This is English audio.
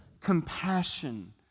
compassion